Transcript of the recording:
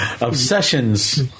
Obsessions